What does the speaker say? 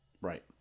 right